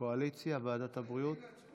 הקואליציה, ועדת הבריאות?